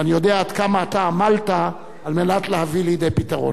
ואני יודע עד כמה עמלת להביא לידי פתרון.